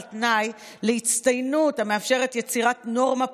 תנאי להצטיינות המאפשרת יצירת נורמה פסולה,